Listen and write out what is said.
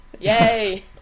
Yay